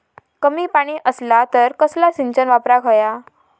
कमी पाणी असला तर कसला सिंचन वापराक होया?